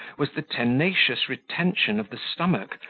was the tenacious retention of the stomach,